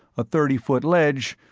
a thirty-foot ledge,